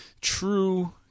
true